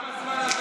אבל הנקודה הובנה.